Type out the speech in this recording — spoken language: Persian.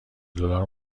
دلار